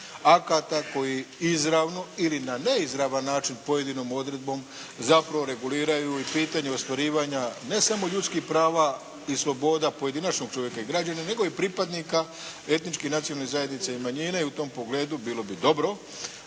akata koji izravno ili na neizravan način pojedinom odredbom zapravo reguliraju i pitanje ostvarivanja ne samo ljudskih prava i sloboda pojedinačnog čovjeka i građanina nego i pripadnika etničke nacionalne zajednice i manjine i u tom pogledu bilo bi dobro